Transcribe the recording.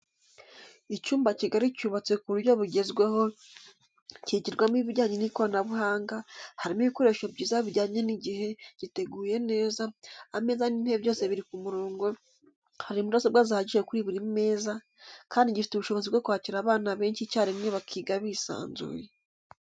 Icyumba kigari cyubatse ku buryo bwugezweho, kigirwamo ibijyanye n'ikoranabuhanga, harimo ibikoresho byiza bijyanye n'igihe, giteguye neza, ameza n'intebe byose biri ku murongo, hari mudasobwa zihagije kuri buri meza kandi gifite ubushobozi bwo kwakira abana benshi icyarimwe bakiga bisanzuye.